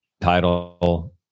title